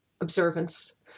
observance